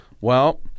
Well-